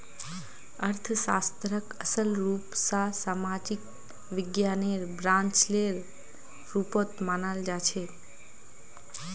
अर्थशास्त्रक असल रूप स सामाजिक विज्ञानेर ब्रांचेर रुपत मनाल जाछेक